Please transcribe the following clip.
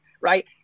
right